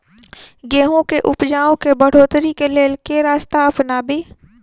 गेंहूँ केँ उपजाउ केँ बढ़ोतरी केँ लेल केँ रास्ता अपनाबी?